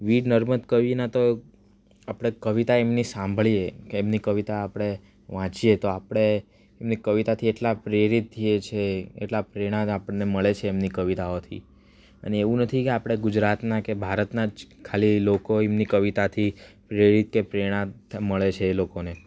વીર નર્મદ કવિના તો આપણે કવિતા એમની સાંભળીએ કે એમની કવિતા આપણે વાંચીએ તો આપણે એમની કવિતાથી એટલા પ્રેરિત થઈએ છીએ એટલા પ્રેરણા આપણને મળે છે એમની કવિતાઓથી અને એવું નથી કે આપણે ગુજરાતના કે ભારતના જ ખાલી લોકો એમની કવિતાથી પ્રેરિત કે પ્રેરણા મળે છે એ લોકોને